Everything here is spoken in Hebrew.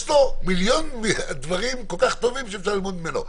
יש פה מיליון דברים כל כך טובים שאפשר ללמוד ממנו,